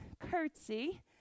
curtsy